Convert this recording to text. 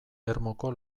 ermuko